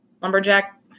Lumberjack